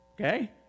Okay